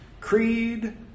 creed